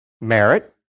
merit